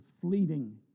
fleeting